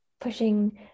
pushing